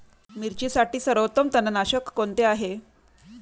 मिरचीसाठी सर्वोत्तम तणनाशक कोणते आहे?